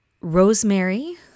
rosemary